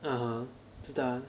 (uh huh)